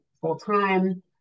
full-time